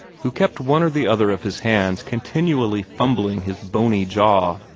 who kept one or the other of his hands continually fumbling his bony jaw.